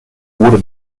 wurde